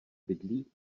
bydlí